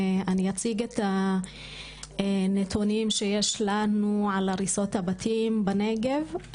אני אציג את הנתונים שיש לנו על הריסות הבתים בנגב,